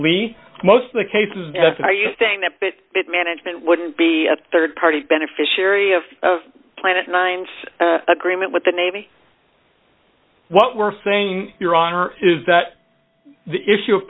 me most of the cases are you saying that but it management wouldn't be a rd party beneficiary of of planet nine agreement with the navy what we're saying your honor is that the issue of